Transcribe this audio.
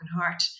heart